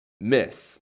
miss